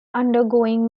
undergoing